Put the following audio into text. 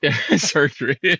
surgery